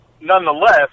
nonetheless